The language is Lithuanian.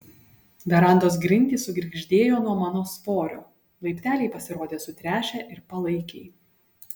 verandos grindys sugirgždėjo nuo mano svorio laipteliai pasirodė sutręšę ir palaikiai